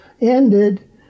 ended